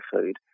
food